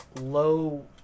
low